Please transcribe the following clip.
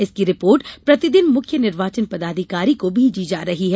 इसकी रिपोर्ट प्रतिदिन मुख्य निर्वाचन पदाधिकारी को भेजी जा रही है